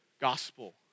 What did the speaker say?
gospel